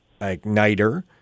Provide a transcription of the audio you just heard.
igniter